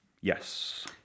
Yes